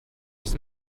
was